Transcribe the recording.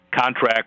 contract